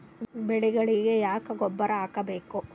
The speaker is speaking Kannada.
ಬೆಳಿಗೊಳಿಗಿ ಯಾಕ ಗೊಬ್ಬರ ಹಾಕಬೇಕು?